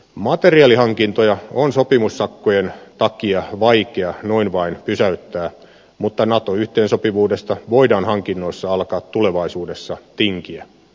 materiaalihankintoja on sopimussakkojen takia vaikea noin vain pysäyttää mutta nato yhteensopivuudesta voidaan hankinnoissa alkaa tulevaisuudessa tinkiä